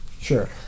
Sure